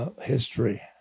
History